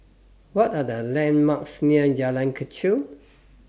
What Are The landmarks near Jalan Kechil